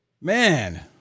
Man